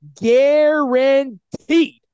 guaranteed